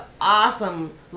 awesome